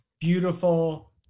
beautiful